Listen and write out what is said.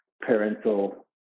parental